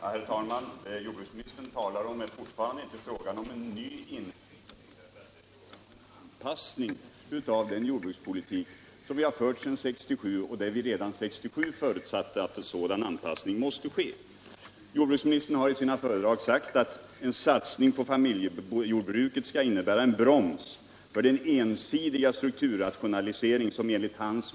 Herr talman! Det jordbruksministern nu talar om är inte en ny inriktning, utan det är fråga om en anpassning av den jordbrukspolitik som vi fört sedan 1967. Redan 1967 förutsatte vi att en sådan anpassning måste ske. Jordbruksministern har i sina föredrag sagt att en satsning på famil lisering som enligt hans mening varit utmärkande för de senaste årens Onsdagen den politik.